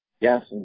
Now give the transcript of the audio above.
Yes